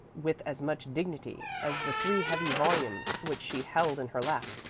with as much dignity as the three heavy volumes which she held in her lap,